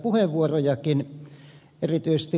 erityisesti ed